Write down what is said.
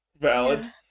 Valid